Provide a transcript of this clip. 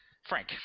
Frank